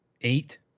Eight